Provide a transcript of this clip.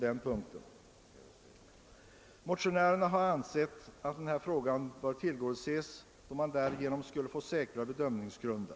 Vi har ansett att detta önskemål bör tillgodoses, då man därigenom skulle få säkrare bedömningsgrunder.